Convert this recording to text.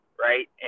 Right